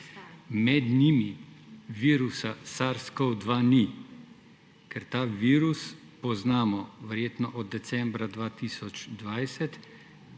Med njimi virusa SARS-CoV-2 ni, ker ta virus poznamo, verjetno, od decembra 2020,